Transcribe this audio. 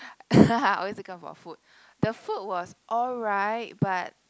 always to come for food the food was alright but